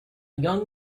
young